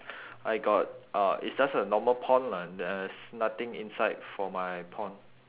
I got uh it's just a normal pond lah there's nothing inside for my pond